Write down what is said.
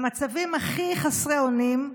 במצבים הכי חסרי אונים,